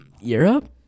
Europe